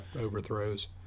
overthrows